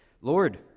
Lord